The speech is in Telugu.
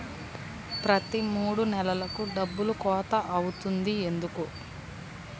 ప్రతి మూడు నెలలకు డబ్బులు కోత అవుతుంది ఎందుకు?